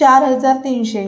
चार हजार तीनशे